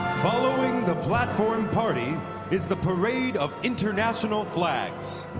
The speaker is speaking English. following the platform party is the parade of international flags.